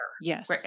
Yes